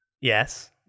Yes